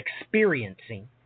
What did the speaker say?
experiencing